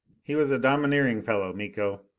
he was a domineering fellow, miko.